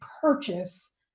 purchase